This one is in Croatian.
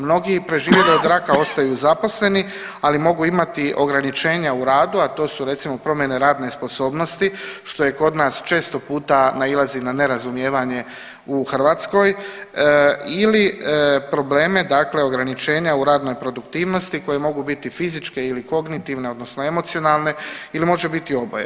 Mnogi preživjeli od raka ostaju zaposleni, ali mogu imati ograničenja u radu a to su recimo promjene radne sposobnosti što je kod nas često puta nailazi na nerazumijevanje u Hrvatskoj ili probleme, dakle ograničenja u radnoj produktivnosti koje mogu biti fizičke ili kognitivne, odnosno emocionalne ili može biti oboje.